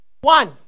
One